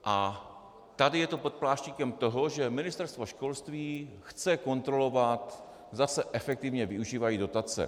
A tady je to pod pláštíkem toho, že Ministerstvo školství chce kontrolovat, zda se efektivně využívají dotace.